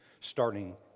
starting